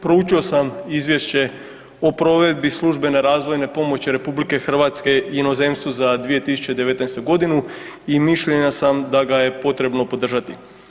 Proučio sam Izvješće o provedbi službene razvojne pomoći RH inozemstvu za 2019. godinu i mišljenja sam da ga je potrebno podržati.